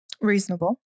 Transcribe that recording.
Reasonable